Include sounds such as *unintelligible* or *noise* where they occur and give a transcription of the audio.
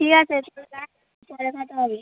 ঠিক আছে *unintelligible* কথা হবে